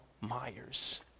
Myers